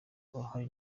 uruhare